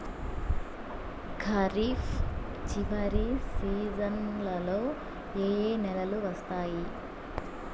ఖరీఫ్ చివరి సీజన్లలో ఏ ఏ నెలలు వస్తాయి